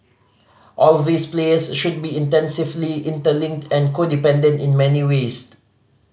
all these players should be intensively interlinked and codependent in many ways